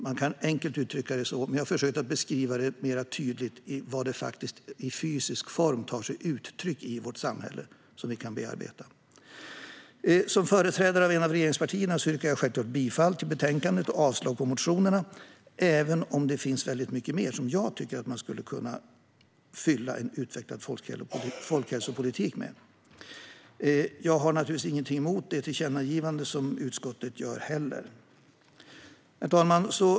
Man kan enkelt uttrycka det så. Men jag har försökt att tydligt beskriva vad det faktiskt i fysisk form tar sig uttryck i i vårt samhälle, så att man kan bearbeta det. Som företrädare för ett av regeringspartierna yrkar jag självklart bifall till förslaget i betänkandet och avslag på motionerna, även om det finns väldigt mycket mer som jag tycker att man skulle kunna fylla en utvecklad folkhälsopolitik med. Jag har naturligtvis inte heller någonting emot det tillkännagivande som utskottet gör. Herr talman!